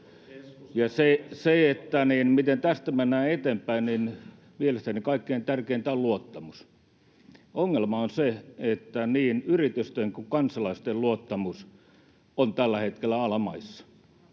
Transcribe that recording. Siinä, miten tästä mennään eteenpäin, mielestäni kaikkein tärkeintä on luottamus. Ongelma on se, että niin yritysten kuin kansalaisten luottamus on tällä hetkellä alamaissa,